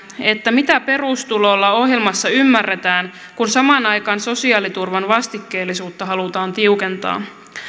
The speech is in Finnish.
mitä perustulolla ohjelmassa ymmärretään kun samaan aikaan sosiaaliturvan vastikkeellisuutta halutaan tiukentaa